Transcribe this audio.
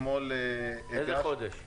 איזה חודש?